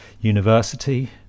university